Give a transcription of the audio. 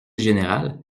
général